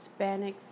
Hispanics